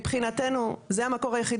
מבחינתנו, זה המקור היחיד.